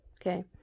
Okay